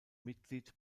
mitglied